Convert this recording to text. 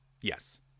Yes